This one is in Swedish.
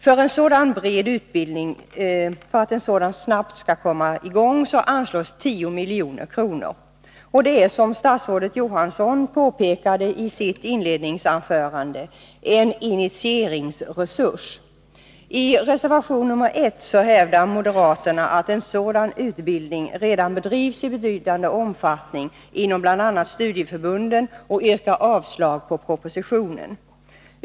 För att en sådan bred utbildning snabbt skall komma i gång föreslås ett anslag på 10 milj.kr. Det är, som statsrådet Johansson påpekade i sitt inledningsanförande, en initieringsresurs. I reservation 1 hävdar moderaterna att en sådan utbildning redan bedrivs i betydande omfattning inom bl.a. studieförbunden, och de yrkar avslag på propositionen.